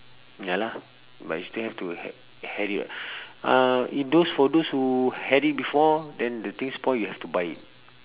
ya lah but you still have to had had it uh if those for those who had it before then the thing spoil you have to buy it